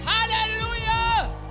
Hallelujah